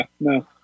no